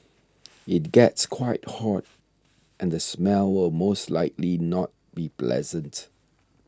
it gets quite hot and the smell will most likely not be pleasant